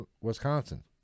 Wisconsin